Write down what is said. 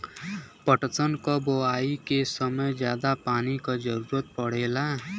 पटसन क बोआई के समय जादा पानी क जरूरत पड़ेला